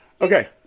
Okay